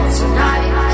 tonight